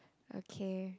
okay